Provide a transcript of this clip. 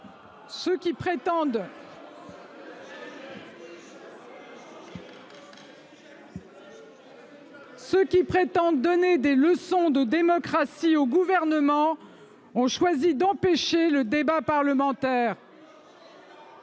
ceux qui prétendent donner des leçons de démocratie au Gouvernement ont choisi d’empêcher le débat parlementaire.